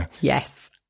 yes